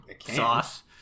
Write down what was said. sauce